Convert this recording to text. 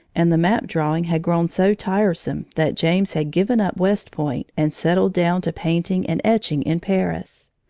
and the map-drawing had grown so tiresome that james had given up west point and settled down to painting and etching in paris.